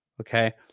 Okay